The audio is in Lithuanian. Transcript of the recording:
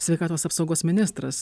sveikatos apsaugos ministras